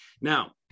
Now